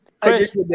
Chris